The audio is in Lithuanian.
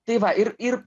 tai va ir ir